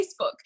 Facebook